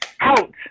out